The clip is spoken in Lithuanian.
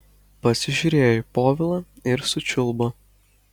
pasižiūrėjo į povilą ir sučiulbo